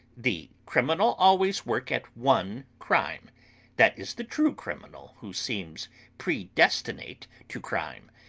the criminal always work at one crime that is the true criminal who seems predestinate to crime,